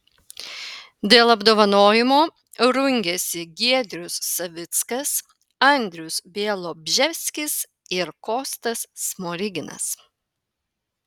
dėl apdovanojimo rungėsi giedrius savickas andrius bialobžeskis ir kostas smoriginas